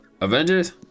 Avengers